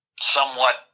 Somewhat